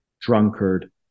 drunkard